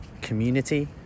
community